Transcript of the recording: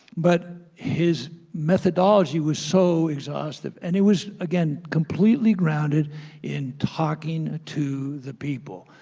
but his methodology was so exhaustive, and it was again completely grounded in talking to the people,